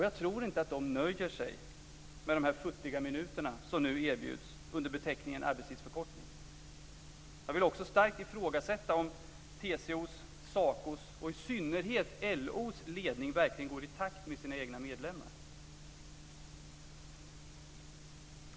Jag tror inte att de nöjer sig med de futtiga minuter som nu erbjuds under beteckningen arbetstidsförkortning. Jag vill också starkt ifrågasätta om TCO:s, SA CO:s och i synnerhet LO:s ledning verkligen går i takt med sina egna medlemmar.